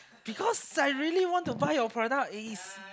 because salary want to buy your product is